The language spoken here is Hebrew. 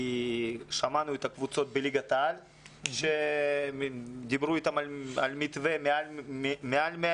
שמענו את הקבוצות בליגת העל שדיברו איתם על מתווה של מעל 100